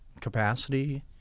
capacity